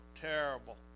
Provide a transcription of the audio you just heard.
terrible